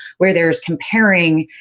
where there's comparing.